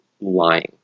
lying